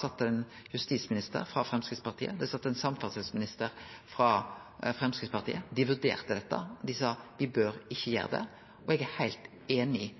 sat det ein justisminister frå Framstegspartiet, og det sat ein samferdselsminister frå Framstegspartiet. Dei vurderte dette og sa at me ikkje bør gjere det, og eg er heilt einig